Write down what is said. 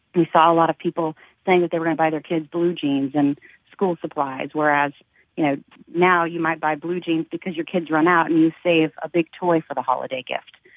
saw a lot of people saying that they were going buy their kids blue jeans and school supplies, whereas you know now you might buy blue jeans because your kid's run out and you save a big toy for the holiday gift.